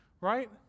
right